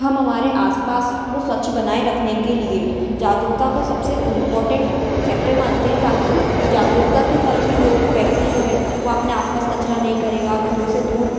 हम हमारे आसपास को स्वच्छ बनाए रखने के लिए जागरूकता को सबसे इम्पोर्टेंट फैक्टर मानते हैं ताकि जागरूकता के कारण ही लोग व्यक्ति जो है वह अपने आसपास कचरा नहीं करेगा घरों से दूर